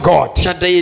God